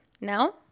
now